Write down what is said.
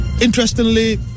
Interestingly